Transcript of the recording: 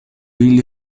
ili